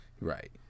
Right